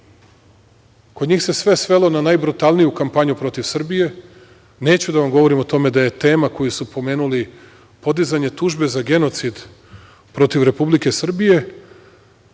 njih se sve svelo na najbrutalniju kampanju protiv Srbije. Neću da vam govorim o tome da je tema koju su pomenuli, podizanje tužbe za genocid protiv Republike Srbije,